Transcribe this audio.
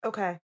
Okay